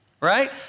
right